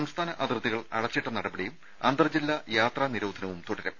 സംസ്ഥാന അതിർത്തികൾ അടച്ചിട്ട നടപടിയും അന്തർജില്ലാ യാത്രാ നിരോധനവും തുടരും